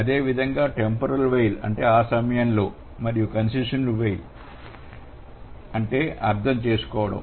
అదేవిధంగా temporal while అంటే ఆ సమయంలో మరియు concessive while అంటే అర్థం చేసుకోవడం